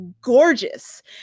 gorgeous